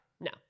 No